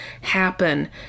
happen